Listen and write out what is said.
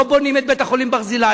לא בונים את בית-החולים "ברזילי",